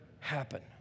happen